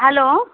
hello